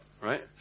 right